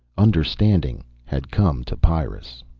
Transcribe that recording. understanding had come to pyrrus.